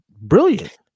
brilliant